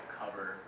cover